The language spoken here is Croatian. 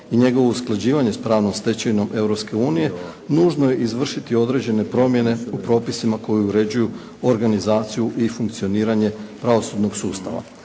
i njegovo usklađivanje s pravnom stečevinom Europske unije nužno je izvršiti određene promjene u propisima koji uređuju organizaciju i funkcioniranje pravosudnog sustava.